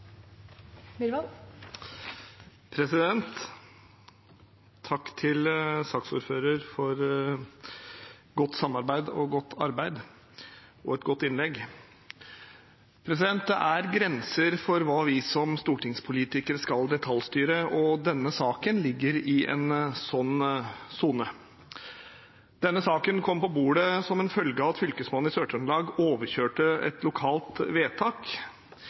grenser for hva vi som stortingspolitikere skal detaljstyre, og denne saken ligger i en slik sone. Denne saken kom på bordet som en følge av at Fylkesmannen i Sør-Trøndelag overkjørte et lokalt vedtak,